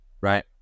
right